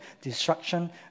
destruction